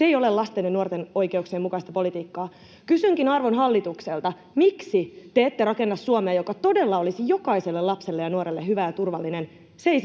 ei ole lasten ja nuorten oikeuksien mukaista politiikkaa. Kysynkin arvon hallitukselta: miksi te ette rakenna Suomea, joka todella olisi jokaiselle lapselle ja nuorelle hyvä ja turvallinen? Se ei